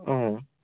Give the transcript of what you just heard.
হ্যাঁ